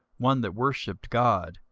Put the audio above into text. one that worshipped god,